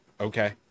okay